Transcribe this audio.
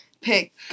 pick